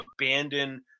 abandon